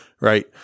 right